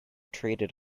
traded